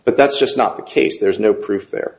but that's just not the case there's no proof there